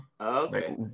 Okay